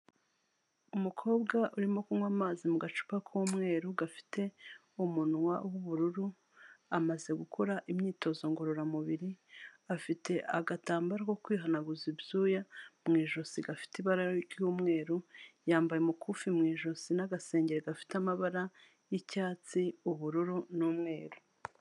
Umukobwa urimo kunywa amazi mu gacupa k'umweru gafite umunwa w'ubururu, amaze gukora imyitozo ngororamubiri, afite agatambaro ko kwihanaguza ibyuya mu ijosi gafite ibara ry'umweru, yambaye umukufi mu ijosi n'agasengeri gafite amabara y'icyatsi, ubururu n'umweru.